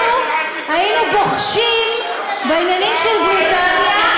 אנחנו היינו בוחשים בעניינים של בריטניה